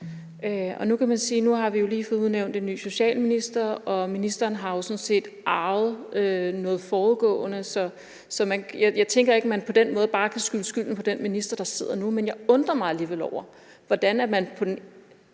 Nu har vi jo lige fået udnævnt en ny socialminister, og ministeren har sådan set har arvet noget forudgående, så jeg tænker ikke, at man på den måde bare kan skyde skylden på den minister, der sidder der nu. Men jeg undrer mig bare over, hvordan man for